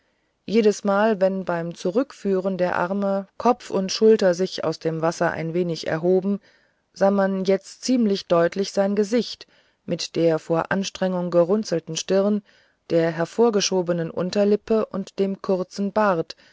jedesmal wenn beim zurückführen der arme kopf und schulter sich aus dem wasser ein wenig erhoben sah man jetzt ziemlich deutlich sein gesicht mit der vor anstrengung gerunzelten stirn der hervorgeschobenen unterlippe und dem kurzen bart